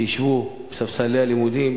שישבו בספסלי הלימודים.